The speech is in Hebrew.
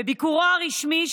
בביקורו הרשמי,